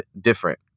different